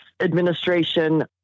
administration